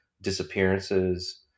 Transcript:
disappearances